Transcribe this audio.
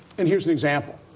and here's an example.